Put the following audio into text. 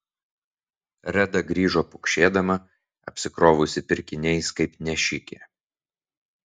reda grįžo pukšėdama apsikrovusi pirkiniais kaip nešikė